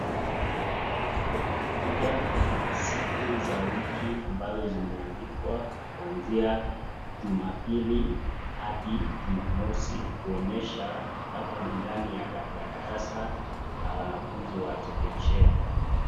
Kwenye ukuta kuna siku za wiki ambazo zimeandikwa kuanzia Jumapili hadi Jumamosi kuonyesha hapa ni ndani ya darasa la wanafunzi wa chekechea.